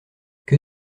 que